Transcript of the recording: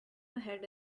ahead